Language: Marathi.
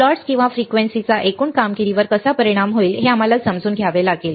प्लॉट्स किंवा फ्रिक्वेन्सीचा एकूण कामगिरीवर कसा परिणाम होईल हे आम्हाला समजून घ्यावे लागले